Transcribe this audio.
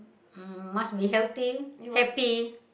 um must be healthy happy